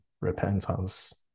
repentance